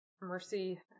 Mercy